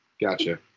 Gotcha